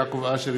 יעקב אשר,